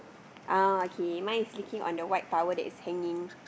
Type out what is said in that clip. ah okay mine is licking on the white towel that is hanging